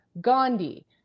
Gandhi